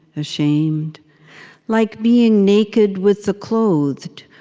ashamed like being naked with the clothed,